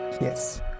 Yes